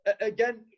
again